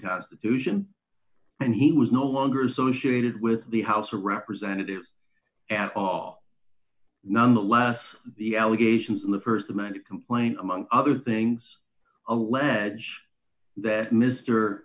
constitution and he was no longer associated with the house of representatives at all nonetheless the allegations in the st amended complaint among other things allege that mr